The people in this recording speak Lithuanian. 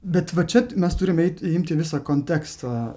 bet va čia mes turime imti visą kontekstą